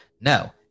No